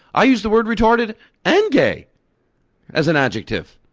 i use the word retarded and gay as an adjective,